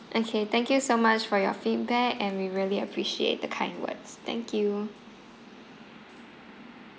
okay thank you so much for your feedback and we really appreciate the kind words thank you